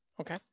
Okay